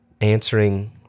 answering